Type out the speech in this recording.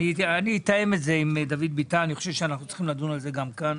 אני אתאם את זה עם דוד ביטן; אני חושב שאנחנו צריכים לדון על זה גם כאן.